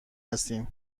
هستین